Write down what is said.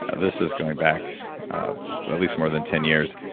this is going back at least more than ten years.